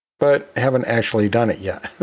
but haven't actually done it yet.